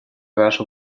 нашем